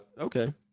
Okay